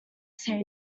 say